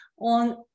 On